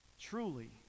truly